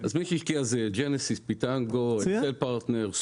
מי שהשקיע זה ג'נסיס, פיטנגו --- הן הרוויחו.